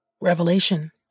Revelation